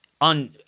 on